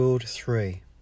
three